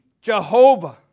Jehovah